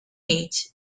meat